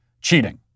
cheating